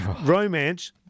Romance